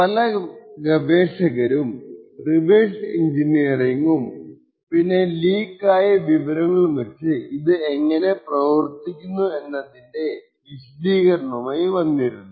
പല ഗവേഷകരും റിവേഴ്സ് എഞ്ചിനീയറിംഗും പിന്നെ ലീക്ക് ആയ വിവരങ്ങളും വച്ച് ഇത് എങ്ങനെ പ്രവർത്തിക്കുന്നു എന്നതിന്റെ വിശദീകരണവുമായി വന്നിരുന്നു